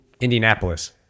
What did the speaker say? Indianapolis